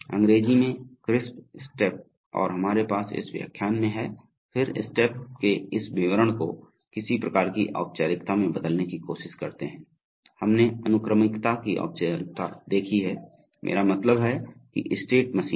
अंग्रेजी में crisp step और हमारे पास इस व्याख्यान में हैं फिर स्टेप के इस विवरण को किसी प्रकार की औपचारिकता में बदलने की कोशिश करते हैं हमने अनुक्रमिकता की औपचारिकता देखी है मेरा मतलब है कि स्टेट मशीनें